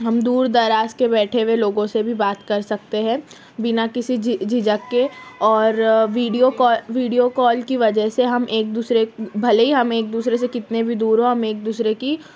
ہم دور دراز کے بیٹھے ہوئے لوگوں سے بھی بات کر سکتے ہیں بنا کسی جھجک کے اور ویڈیو کا ویڈیو کال کی وجہ سے ہم ایک دوسرے بھلے ہی ہم ایک دوسرے سے کتنے بھی دور ہوں ہم ایک دوسرے کی